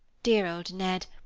dear old ned!